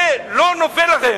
זה לא נופל לכם.